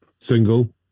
single